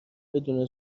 بدون